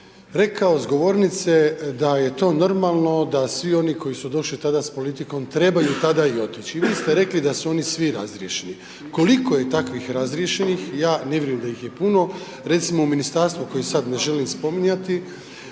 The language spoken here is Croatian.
rekao s govornice, da je to normalno, da svi oni koji su došli tada s politikom, trebaju tada i otići i vi ste rekli da su oni svi razriješeni. Koliko je takvih razriješenih, ja ne vjerujem da ih je puno. Recimo u ministarstvu koje sada ne želim spominjati,